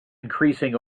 increasing